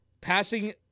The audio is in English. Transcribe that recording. Passing